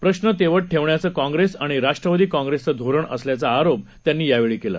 प्रश्नतेवतठेवण्याचंकाँग्रेसआणिराष्ट्रवादीकाँग्रेसचंधोरणअसल्याचाआरोपत्यांनीयावेळीकेला